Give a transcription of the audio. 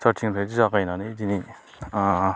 स्टारटिंनिफ्राय जागायनानै दिनै ओ